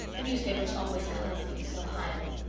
the newspapers always colour things so highly.